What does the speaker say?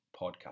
podcast